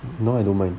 no I don't mind